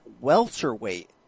welterweight